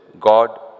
God